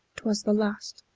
was the last,